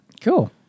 Cool